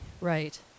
Right